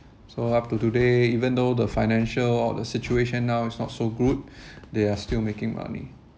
so up to today even though the financial or the situation now is not so good they are still making money